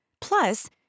Plus